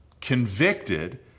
convicted